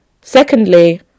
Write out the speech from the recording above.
Secondly